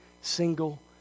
single